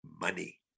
money